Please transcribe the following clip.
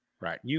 Right